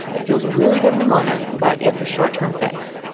it feels really good in the moment, but it's a short-term fix.